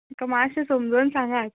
ताका मातशें समजावन सांगात